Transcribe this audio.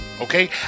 okay